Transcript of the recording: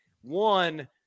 one